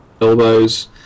elbows